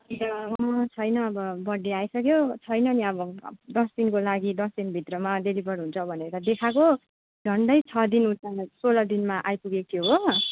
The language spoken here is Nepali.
अँ छैन अब बर्थडे आइसक्यो छैन नि अब दस दिनको लागि दस दिनभित्रमा डेलिभर हुन्छ भनेर देखाए को झन्डै छ दिन उतामा सोह्र दिनमा आइपुगेको थियो हो